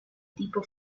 tipo